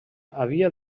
havia